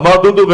אמר דודו,